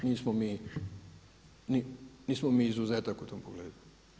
Nismo mi izuzetak u tom pogledu.